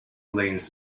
lanes